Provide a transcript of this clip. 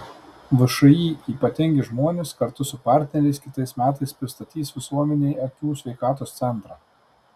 všį ypatingi žmonės kartu su partneriais kitais metais pristatys visuomenei akių sveikatos centrą